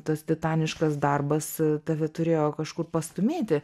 tas titaniškas darbas a tave turėjo kažkur pastūmėti